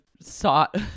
sought